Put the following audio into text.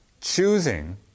Choosing